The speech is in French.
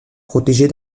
protégées